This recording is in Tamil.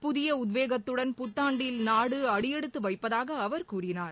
புதிய உத்வேகத்துடன் புத்தாண்டில் நாடு அடியெடுத்து வைப்பதாக அவர் கூறினார்